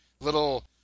little